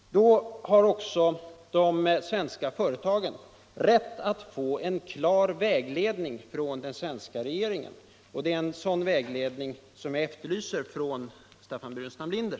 Då har också de svenska företagen rätt att få en klar vägledning från den svenska regeringen, och det är en sådan vägledning som jag efterlyser från herr Staffan Burenstam Linder.